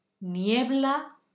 Niebla